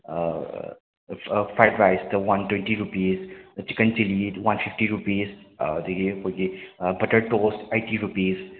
fried ꯔꯥꯏꯁꯇ one twenty rupees chicken ꯆꯤꯂꯤꯗ one sixty rupees ꯑꯗꯒꯤ ꯑꯩꯈꯣꯏꯒꯤ ꯕꯇꯔ ꯇꯣꯁ ꯑꯩꯠꯇꯤ ꯔꯨꯄꯤꯁ